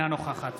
אינה נוכחת